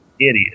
idiot